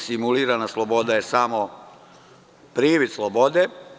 Simulirana sloboda je samo privid slobode.